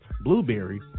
Blueberry